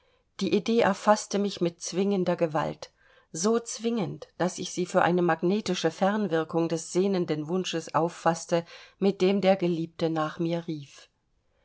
die idee erfaßte mich mit zwingender gewalt so zwingend daß ich sie für eine magnetische fernwirkung des sehnenden wunsches auffaßte mit dem der geliebte nach mir rief